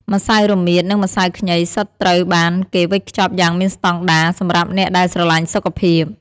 ម្សៅរមៀត និងម្សៅខ្ញីសុទ្ធ ត្រូវបានគេវេចខ្ចប់យ៉ាងមានស្តង់ដារសម្រាប់អ្នកដែលស្រឡាញ់សុខភាព។